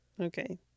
Okay